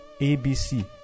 ABC